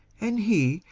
and he,